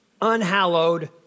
unhallowed